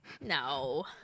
No